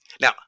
Now